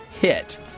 hit